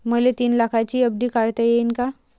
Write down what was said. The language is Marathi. मले तीन लाखाची एफ.डी काढता येईन का?